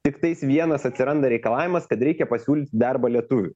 tiktais vienas atsiranda reikalavimas kad reikia pasiūlyti darbą lietuviui